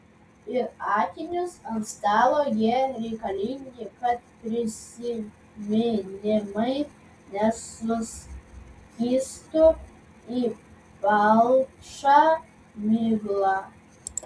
ir akinius ant stalo jie reikalingi kad prisiminimai nesuskystų į palšą miglą